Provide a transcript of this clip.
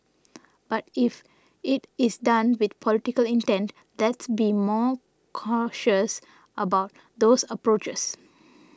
but if it is done with political intent let's be more cautious about those approaches